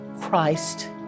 Christ